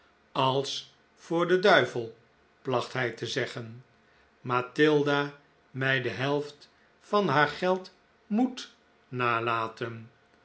als voor den duivel placht hij te zeggen mathilda mij de helft van haar geld moet nalaten